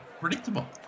predictable